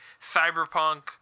Cyberpunk